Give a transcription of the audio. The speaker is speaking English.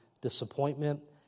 disappointment